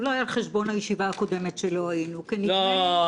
אולי על חשבון הישיבה הקודמת שלא היינו --- לא.